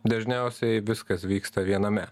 dažniausiai viskas vyksta viename